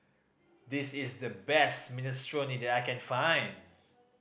this is the best Minestrone that I can find